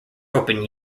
open